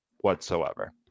whatsoever